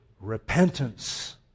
Repentance